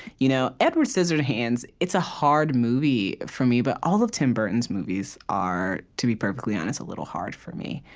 you know edward scissorhands, it's a hard movie for me. but all of tim burton's movies are, to be perfectly honest, a little hard for me,